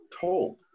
told